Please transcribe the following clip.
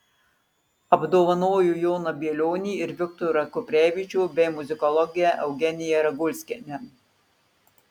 apdovanojo joną bielionį ir viktorą kuprevičių bei muzikologę eugeniją ragulskienę